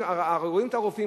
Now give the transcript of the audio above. רואים את הרופאים,